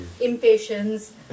impatience